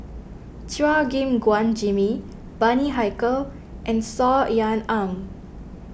Chua Gim Guan Jimmy Bani Haykal and Saw Ean Ang